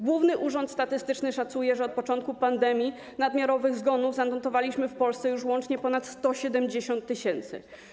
Główny Urząd Statystyczny szacuje, że od początku pandemii nadmiarowych zgonów zanotowaliśmy w Polsce już łącznie ponad 170 tys.